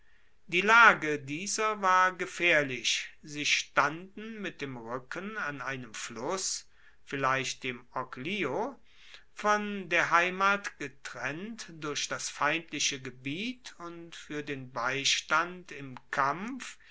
die lage dieser war gefaehrlich sie standen mit dem ruecken an einem fluss vielleicht dem oglio von der heimat getrennt durch das feindliche gebiet und fuer den beistand im kampf